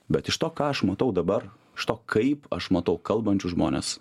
bet iš to ką aš matau dabar iš to kaip aš matau kalbančius žmones